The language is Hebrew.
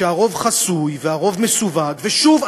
שהרוב חסוי והרוב מסווג ושוב,